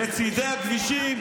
בצידי הכבישים.